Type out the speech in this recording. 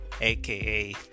aka